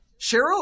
Cheryl